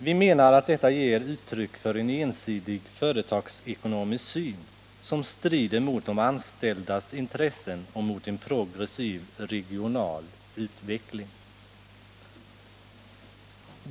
Vi menar att detta ger uttryck för en ensidig företagsekonomisk syn som strider mot de anställdas intressen och mot en progressiv regional utveckling.